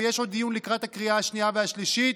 ויש עוד דיון לקראת הקריאה השנייה והשלישית.